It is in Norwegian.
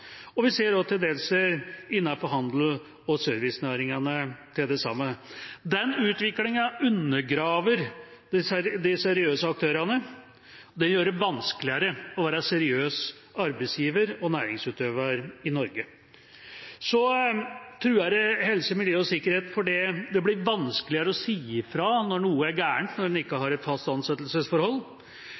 og vi ser også tendenser til det samme innenfor handels- og servicenæringene. Den utviklinga undergraver de seriøse aktørene, og det gjør det vanskeligere å være seriøs arbeidsgiver og næringsutøver i Norge. Det truer også helse, miljø og sikkerhet fordi det blir vanskeligere å si fra når noe er galt, når man ikke har et fast ansettelsesforhold.